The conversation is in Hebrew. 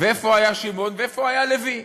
איפה היה שמעון ואיפה היה לוי.